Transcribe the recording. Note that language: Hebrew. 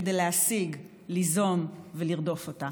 כדי להשיג, ליזום ולרדוף אותה?